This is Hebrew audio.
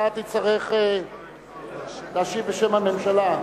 אתה תצטרך להשיב בשם הממשלה,